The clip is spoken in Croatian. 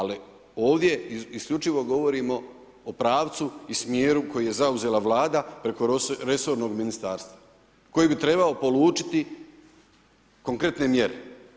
Ali ovdje isključivo govorimo o pravcu i smjeru koji je zauzela Vlada preko resornog ministarstva, koji bi trebao polučiti konkretne mjere.